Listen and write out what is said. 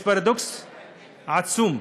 יש פרדוקס עצום,